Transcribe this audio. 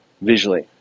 visually